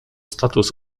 status